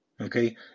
Okay